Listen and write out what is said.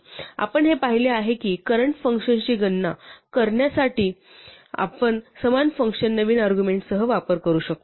आपण हे देखील पाहिले आहे की करंट फंक्शन्सची गणना करण्यासाठी आपण समान फंक्शन नवीन अर्ग्युमेण्टसह वापरू शकतो